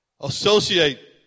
Associate